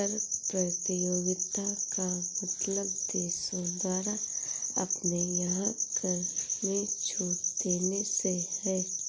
कर प्रतियोगिता का मतलब देशों द्वारा अपने यहाँ कर में छूट देने से है